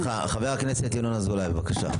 סליחה, חבר הכנסת ינון אזולאי, בבקשה.